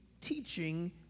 teaching